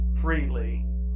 freely